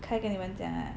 Kai 给你们讲啊